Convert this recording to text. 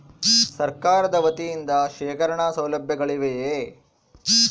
ಸರಕಾರದ ವತಿಯಿಂದ ಶೇಖರಣ ಸೌಲಭ್ಯಗಳಿವೆಯೇ?